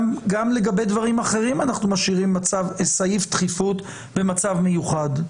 גם לגבי דברים אחרים אנחנו משאירים סעיף דחיפות במצב מיוחד.